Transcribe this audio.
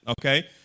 okay